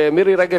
למירי רגב,